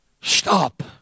Stop